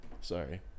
sorry